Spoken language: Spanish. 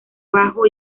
bajo